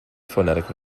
phonetic